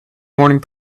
morning